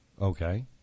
Okay